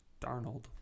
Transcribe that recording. Darnold